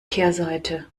kehrseite